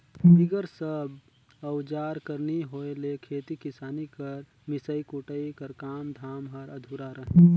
बिगर सब अउजार कर नी होए ले खेती किसानी कर मिसई कुटई कर काम धाम हर अधुरा रहें